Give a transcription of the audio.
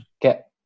get